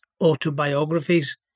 autobiographies